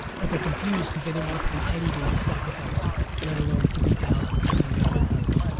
but they're confused because they didn't wanna put in any days of sacrifice let alone three thousand six hundred fifty of them.